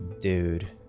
dude